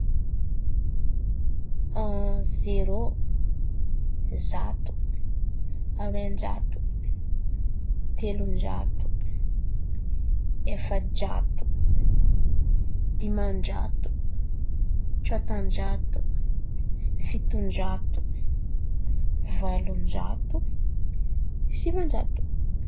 Zero, zato, roanjato, telon-jato, efa-jato, diman-jato, tsôtan-jato, fiton-jato, valon-jato, sivan-jato.